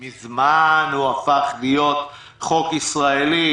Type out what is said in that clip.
הוא מזמן הפך להיות חוק ישראלי.